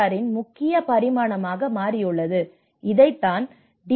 ஆரின் ஒரு முக்கிய பரிமாணமாக மாறியுள்ளது இதைத்தான் டி